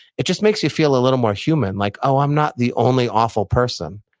it just makes you feel a little more human, like, oh, i'm not the only awful person.